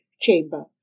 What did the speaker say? chamber